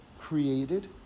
created